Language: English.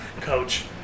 Coach